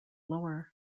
lower